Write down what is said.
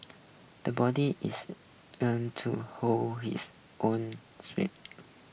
the boby is to hold his own